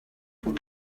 pour